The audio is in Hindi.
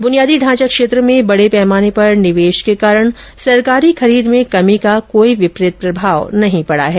बुनियादी ढॉचा क्षेत्र में बड़े पैमाने पर निवेश के कारण सरकारी खरीद में कमी का कोई विपरीत प्रभाव नहीं पड़ा है